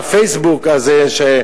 ה"פייסבוק" הזה,